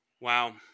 Wow